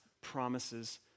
promises